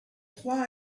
trois